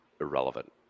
irrelevant